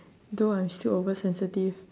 though I'm still oversensitive